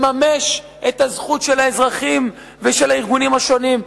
לממש את הזכות של האזרחים ושל הארגונים השונים,